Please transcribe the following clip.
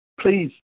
Please